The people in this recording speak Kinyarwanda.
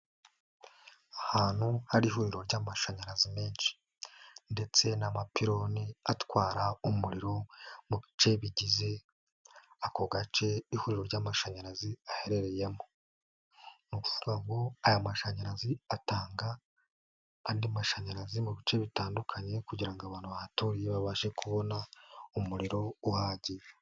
Ahantu hari ihuriro ry'amashanyarazi menshi ndetse n'amapironi atwara umuriro mu bice bigize ako gace ihuriro ry'amashanyarazi aherereyemo, n'ukuvuga ngo aya mashanyarazi atanga andi mashanyarazi mu bice bitandukanye kugira abantu bahaturiye babashe kubona umuriro uhagije.